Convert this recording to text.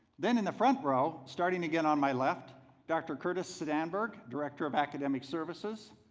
then in the front row, starting again on my left dr. curtis edinburgh director of academic services,